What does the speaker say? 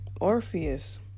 Orpheus